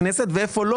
לבקשת הכנסת ואיפה לא.